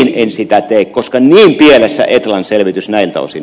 en sitä ei koskaan elämässä etlan selvitys näiltä osin